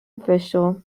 official